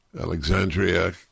Alexandria